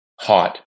hot